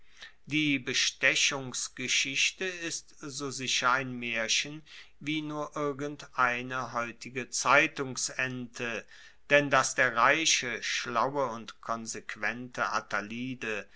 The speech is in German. die bestechungsgeschichte ist so sicher ein maerchen wie nur irgendeine heutige zeitungsente denn dass der reiche schlaue und konsequente attalide